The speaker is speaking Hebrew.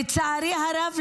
לצערי הרב,